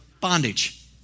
bondage